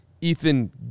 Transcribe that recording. Ethan